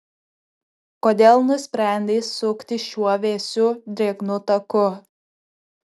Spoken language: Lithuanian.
kodėl nusprendei sukti šiuo vėsiu drėgnu taku